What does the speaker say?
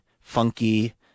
funky